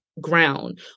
ground